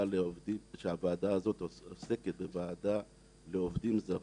כשהוועדה הזאת עוסקת כוועדה לעובדים זרים.